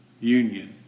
union